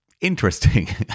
interesting